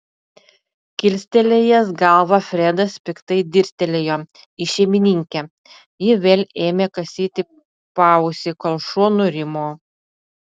kilstelėjęs galvą fredas piktai dirstelėjo į šeimininkę ji vėl ėmė kasyti paausį kol šuo nurimo